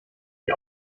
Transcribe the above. die